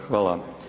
Hvala.